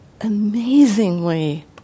amazingly